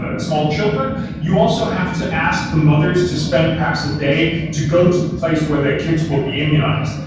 ah small children you also have to ask the mothers to spend perhaps a day to go to the place where their kids will be immunized.